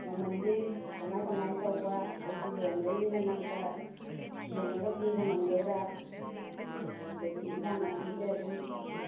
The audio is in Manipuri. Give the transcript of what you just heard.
ꯃꯃꯜꯗꯤ ꯀꯃꯥꯏ ꯀꯃꯥꯏꯅ ꯇꯧꯕ ꯑꯩꯁꯦ ꯌꯣꯟꯕꯒꯤꯅꯤꯅ ꯅꯪ ꯈꯔ ꯌꯦꯡꯉꯒ ꯄꯤꯕ ꯉꯝꯗꯣꯏꯔ ꯑꯗꯒꯤ ꯑꯦꯟꯁꯥꯡ ꯅꯥꯄꯤꯁꯦ ꯑꯗꯨꯝ